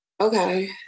okay